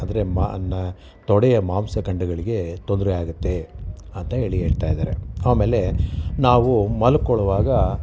ಅಂದರೆ ಮ ನ ತೊಡೆಯ ಮಾಂಸಖಂಡಗಳಿಗೆ ತೊಂದರೆ ಆಗುತ್ತೆ ಅಂತ ಹೇಳಿ ಹೇಳ್ತಾ ಇದ್ದಾರೆ ಆಮೇಲೆ ನಾವು ಮಲ್ಕೊಳೊವಾಗ